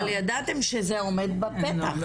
כן, אבל ידעתם שזה עומד בפתח.